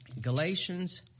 Galatians